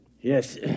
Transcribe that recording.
Yes